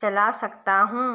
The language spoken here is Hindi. चला सकता हूँ?